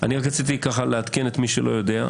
רציתי רק לעדכן את מי שלא יודע,